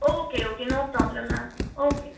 okay okay no problem ma'am okay